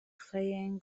playing